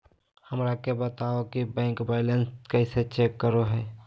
हमरा के बताओ कि बैंक बैलेंस कैसे चेक करो है?